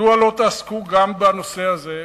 מדוע לא תעסקו גם בנושא הזה,